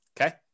Okay